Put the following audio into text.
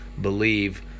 believe